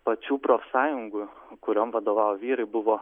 pačių profsąjungų kuriom vadovavo vyrai buvo